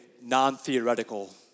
non-theoretical